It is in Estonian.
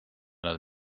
nad